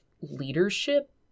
leadership